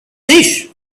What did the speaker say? this